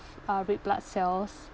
uh red blood cells